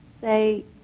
say